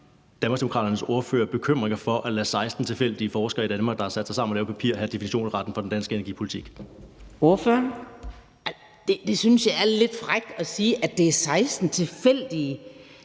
Danmarksdemokraternes ordfører bekymringen over at lade 16 tilfældige forskere i Danmark, der har sat sig sammen og lavet et papir, have definitionsretten over den danske energipolitik? Kl. 22:54 Fjerde næstformand (Karina Adsbøl):